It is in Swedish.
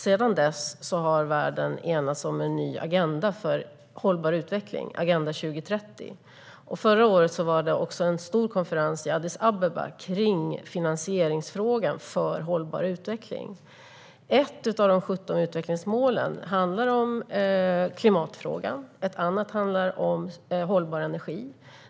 Sedan dess har världen enats om en ny agenda för hållbar utveckling, Agenda 2030. Förra året hölls också en stor konferens i Addis Abeba om finansieringsfrågan i anslutning till hållbar utveckling. Ett av de 17 utvecklingsmålen handlar om klimatfrågan. Ett annat handlar om hållbar energi.